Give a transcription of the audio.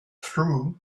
through